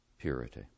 purity